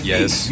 Yes